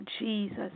Jesus